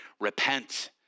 Repent